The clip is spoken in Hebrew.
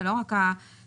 זה לא רק הפוליו.